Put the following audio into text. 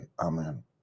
Amen